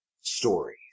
story